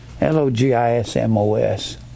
L-O-G-I-S-M-O-S